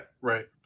Right